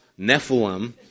Nephilim